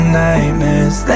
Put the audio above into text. nightmares